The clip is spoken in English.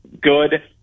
good